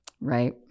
Right